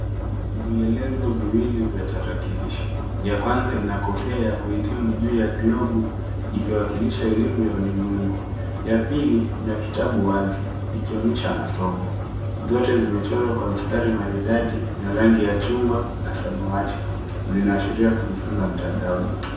Vielezo viwili vya tarakilishi. Ya kwanza ina kofia ya kuhitimu juu ya glovu ikiwakilisha elimu ya ulimwengu. Ya pili ina kitabu wazi ikionyesha masomo. Zote zimechorwa kwa mstari maridadi na rangi ya chungwa na samawati zinaashiria kujifunza mtandaoni.